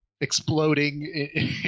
exploding